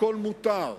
הכול מותר,